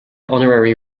honorary